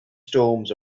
storms